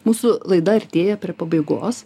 mūsų laida artėja prie pabaigos